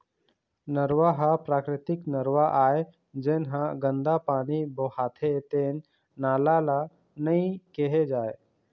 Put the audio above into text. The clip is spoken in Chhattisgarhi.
नरूवा ह प्राकृतिक नरूवा आय, जेन ह गंदा पानी बोहाथे तेन नाला ल नइ केहे जाए